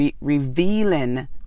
revealing